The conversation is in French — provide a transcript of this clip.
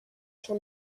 sur